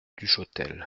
duchotel